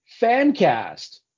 Fancast